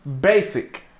Basic